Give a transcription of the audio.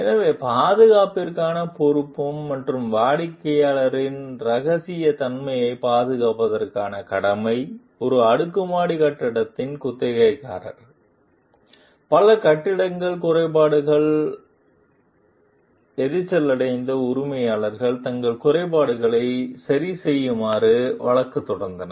எனவே பாதுகாப்பிற்கான பொறுப்பு மற்றும் வாடிக்கையாளர் ரகசியத்தன்மையைப் பாதுகாப்பதற்கான கடமை ஒரு அடுக்குமாடி கட்டிடத்தின் குத்தகைதாரர்கள் பல கட்டிடக் குறைபாடுகளால் எரிச்சலடைந்து உரிமையாளர்கள் தங்கள் குறைபாடுகளை சரிசெய்யுமாறு வழக்குத் தொடுத்தனர்